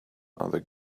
other